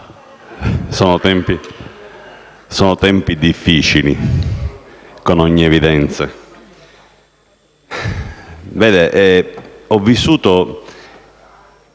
sono tempi difficili, con ogni evidenza.